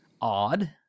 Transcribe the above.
odd